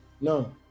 No